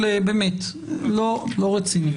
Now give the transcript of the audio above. באמת, זה לא רציני.